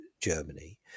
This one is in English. Germany